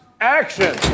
Action